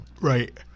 Right